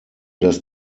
das